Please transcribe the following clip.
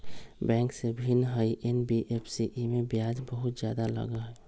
Bank से भिन्न हई एन.बी.एफ.सी इमे ब्याज बहुत ज्यादा लगहई?